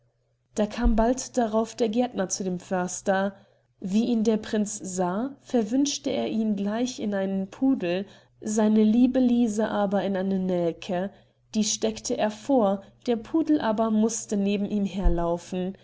da kam bald darauf der gärtner zu dem förster wie ihn der prinz sah verwünschte er ihn gleich in einen pudel seine liebe lise aber in eine nelke die steckte er vor der pudel aber mußte neben ihm her